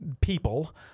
people